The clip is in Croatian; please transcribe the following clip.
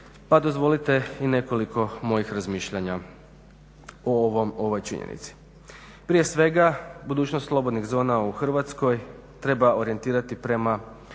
pa dozvolite i nekoliko mojih razmišljanja o ovoj činjenici. Prije svega budućnost slobodnih zona u Hrvatskoj treba orijentirati prema